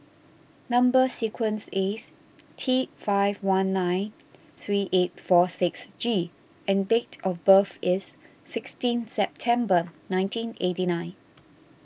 Number Sequence is T five one nine three eight four six G and date of birth is sixteen September nineteen and eighty nine